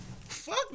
fuck